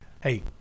Hey